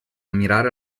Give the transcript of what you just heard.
ammirare